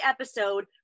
episode